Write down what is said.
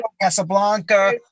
Casablanca